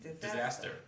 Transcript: disaster